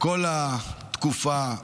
בכל התקופה,